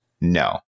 no